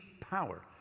power